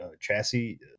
chassis